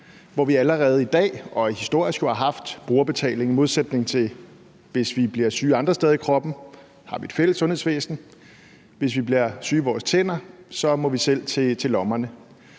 hvor vi allerede i dag og historisk jo har haft brugerbetaling, i modsætning til hvis vi bliver syge andre steder i kroppen; der har vi et fælles sundhedsvæsen. Hvis vi bliver syge i vores tænder, må vi selv til lommerne.